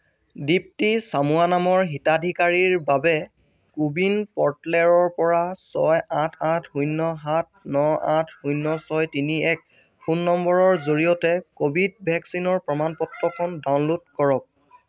দীপ্তি চামুৱা নামৰ হিতাধিকাৰীৰ বাবে কোৱিন পৰ্টেলৰ পৰা ছয় আঠ আঠ শূণ্য সাত ন আঠ শূণ্য ছয় তিনি এক ফোন নম্বৰৰ জৰিয়তে ক'ভিড ভেকচিনৰ প্ৰমাণ পত্ৰখন ডাউনলোড কৰক